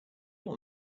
all